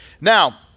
Now